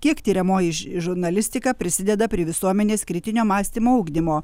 kiek tiriamoji ž žurnalistika prisideda prie visuomenės kritinio mąstymo ugdymo